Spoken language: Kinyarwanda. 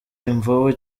imvubu